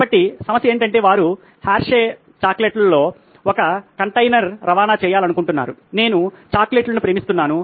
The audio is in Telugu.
కాబట్టి సమస్య ఏమిటంటే వారు హెర్షే చాక్లెట్లలో ఒక కంటైనర్ రవాణా చేయాలనుకున్నారు నేను చాక్లెట్లను ప్రేమిస్తున్నాను